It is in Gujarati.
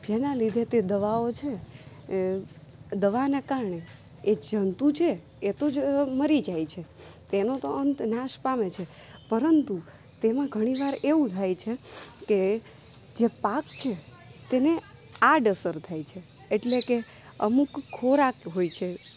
જેના લીધે તે દવાઓ છે એ દવાને કારણે એ જંતુ છે એ તો જ મરી જાય છે તેનો તો અંત નાશ પામે છે પરંતુ તેમાં ઘણીવાર એવું થાય છે કે જે પાક છે તેને આડઅસર થાય છે એટલે કે અમુક ખોરાક હોય છે